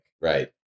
right